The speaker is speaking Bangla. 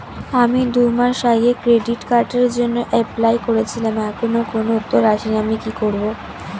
আমি দুমাস আগে ক্রেডিট কার্ডের জন্যে এপ্লাই করেছিলাম এখনো কোনো উত্তর আসেনি আমি কি করব?